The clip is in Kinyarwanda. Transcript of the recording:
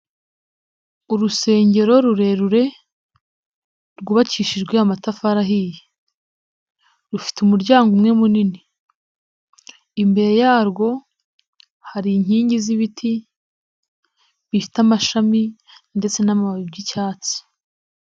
Urusengero rurerure, rwubakishijwe amatafari ahiye. Rufite umuryango umwe munini. Imbere yarwo hari inkingi z'ibiti bifite amashami ndetse n'amababi by'icyatsi.